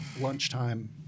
lunchtime